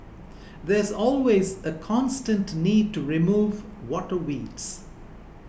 there's always a constant need to remove water weeds